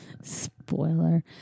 Spoiler